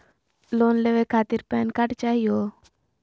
Loan लेवे खातीर PAN card चाहियो?